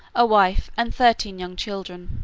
a wife and thirteen young children.